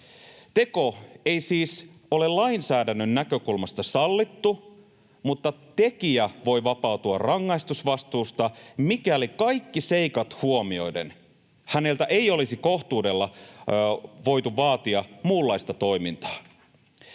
Teko ei siis ole lainsäädännön näkökulmasta sallittu, mutta tekijä voi vapautua rangaistusvastuusta, mikäli kaikki seikat huomioiden häneltä ei olisi kohtuudella voitu vaatia muunlaista toimintaa.